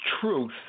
truth